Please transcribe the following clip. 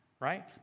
right